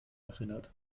erinnert